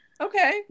Okay